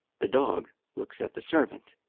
the dog looks at the servant,